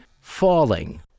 Falling